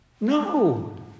No